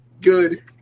good